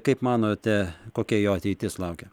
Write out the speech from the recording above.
kaip manote kokia jo ateitis laukia